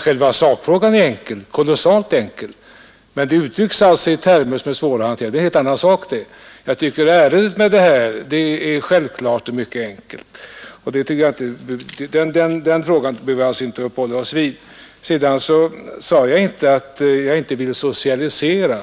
Själva sakfrågan tycker jag emellertid är kolossalt enkel. Detta behöver vi alltså inte uppehålla oss vid. Vidare sade jag inte att jag inte vill socialisera.